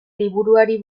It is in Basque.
liburuari